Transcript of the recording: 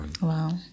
wow